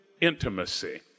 intimacy